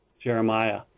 Jeremiah